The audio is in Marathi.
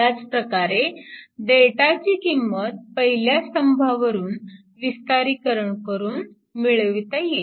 याच प्रकारे Δ ची किंमत पहिल्या स्तंभा वरून विस्तारीकरण करून मिळविता येईल